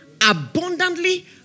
abundantly